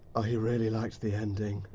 ah he really liked the ending.